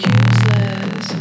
useless